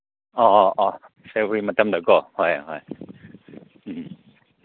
ꯑ ꯑ ꯑ ꯐꯦꯕ꯭ꯋꯥꯔꯤ ꯃꯇꯝꯗꯀꯣ ꯍꯣꯏ ꯍꯣꯏ ꯎꯝ